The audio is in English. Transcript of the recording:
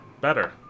Better